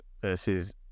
versus